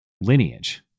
lineage